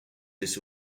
this